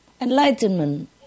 Enlightenment